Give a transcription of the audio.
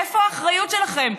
איפה האחריות שלכם?